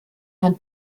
herrn